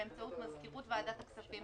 באמצעות מזכירות ועדת הכספים,